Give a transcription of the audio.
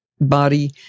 body